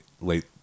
late